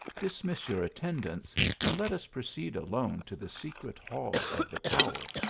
dismiss your attendants and let us proceed alone to the secret hall of the tower.